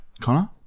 Connor